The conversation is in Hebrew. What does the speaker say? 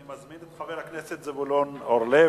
אני מזמין את חבר הכנסת זבולון אורלב.